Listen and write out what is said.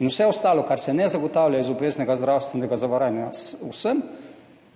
in vse ostalo, česar se ne zagotavlja iz obveznega zdravstvenega zavarovanja vsem,